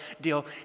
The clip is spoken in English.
deal